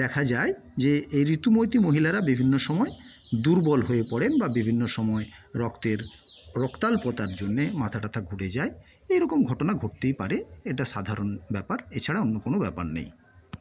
দেখা যায় যে এই ঋতুবতী মহিলারা বিভিন্ন সময় দুর্বল হয়ে পড়েন বা বিভিন্ন সময় রক্তের বা রক্তাল্পতার জন্য মাথা টাথা ঘুরে যায় এরকম ঘটনা ঘটতেই পারে এটা সাধারণ ব্যাপার এছাড়া অন্য কোনও ব্যাপার নেই